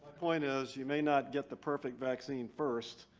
point is you may not get the perfect vaccine first.